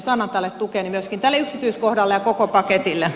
annan tälle tukeni myöskin tälle yksityiskohdalle ja koko paketille